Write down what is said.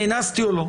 נאנסתי או לא.